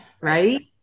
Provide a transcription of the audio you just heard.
right